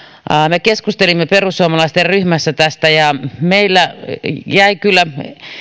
me keskustelimme perussuomalaisten ryhmässä tästä ja meillä jäi kyllä